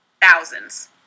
Thousands